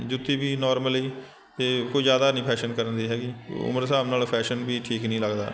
ਜੁੱਤੀ ਵੀ ਨੋਰਮਲੀ 'ਤੇ ਕੋਈ ਜ਼ਿਆਦਾ ਨਹੀਂ ਫੈਸ਼ਨ ਕਰਨ ਦੀ ਹੈਗੀ ਉਮਰ ਦੇ ਹਿਸਾਬ ਨਾਲ ਫੈਸ਼ਨ ਵੀ ਠੀਕ ਨਹੀਂ ਲੱਗਦਾ